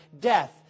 death